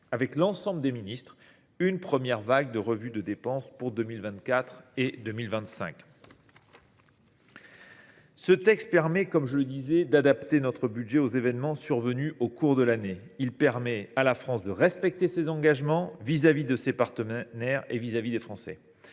avec l’ensemble des ministres, une première vague de revues des dépenses pour 2024 et 2025. Comme je l’ai dit, ce texte permet d’adapter notre budget aux événements survenus au cours de l’année. Il permet aussi à la France de respecter ses engagements vis à vis de ses partenaires et vis à vis des Français.